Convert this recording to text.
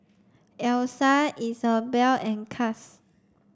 Elsa Isabel and Cass